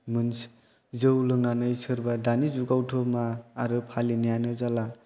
जौ लोंनानै सोरबा दानि जुगावथ' मा आरो फालिनायानो जाला